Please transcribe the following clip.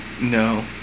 No